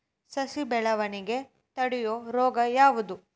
ಸಸಿ ಬೆಳವಣಿಗೆ ತಡೆಯೋ ರೋಗ ಯಾವುದು?